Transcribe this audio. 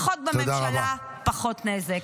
פחות בממשלה, פחות נזק.